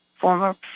former